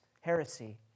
heresy